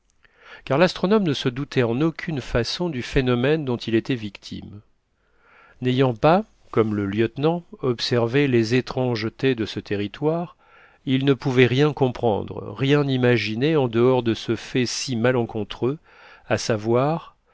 car l'astronome ne se doutait en aucune façon du phénomène dont il était victime n'ayant pas comme le lieutenant observé les étrangetés de ce territoire il ne pouvait rien comprendre rien imaginer en dehors de ce fait si malencontreux à savoir